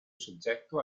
soggetto